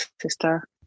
sister